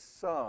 son